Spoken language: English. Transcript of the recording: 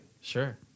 sure